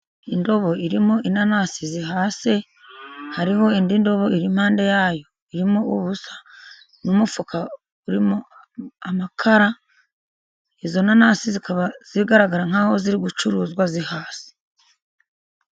Indobo irimo inanasi zihase, hariho indi ndobo iri impande yayo irimo ubusa, n'umufuka urimo amakara, izo nanasi zikaba zigaragara nk'aho ziri gucuruzwa zihase.